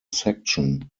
section